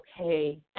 okay